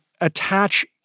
attach